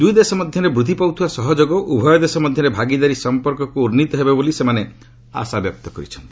ଦୁଇଦେଶ ମଧ୍ୟରେ ବୃଦ୍ଧି ପାଉଥିବା ସହଯୋଗ ଉଭୟ ଦେଶ ମଧ୍ୟରେ ଭାଗୀଦାରୀ ସମ୍ପର୍କକୁ ଉନ୍ନତ ହେବ ବୋଲି ସେମାନେ ଆଶାବ୍ୟକ୍ତ କରିଛନ୍ତି